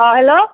অঁ হেল্ল'